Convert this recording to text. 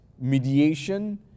mediation